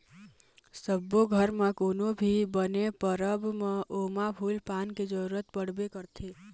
सब्बो घर म कोनो भी बने परब म ओमा फूल पान के जरूरत पड़बे करथे